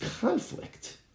conflict